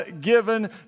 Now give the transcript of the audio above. given